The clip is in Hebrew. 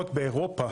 לפחות באירופה,